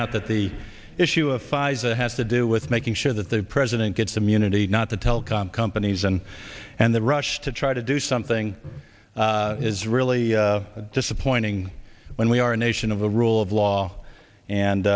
out that the issue of pfizer has to do with making sure that the president gets immunity not the telecom companies and and the rush to try to do something is really disappointing when we are a nation of the rule of law